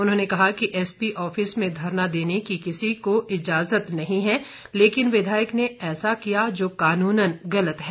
उन्होंने कहा कि एसपी ऑफिस में धरना देने की किसी को इजाजत नहीं है लेकिन विधायक ने ऐसा किया जो कानूनन गलत है